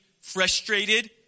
frustrated